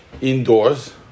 indoors